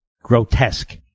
grotesque